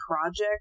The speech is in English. Project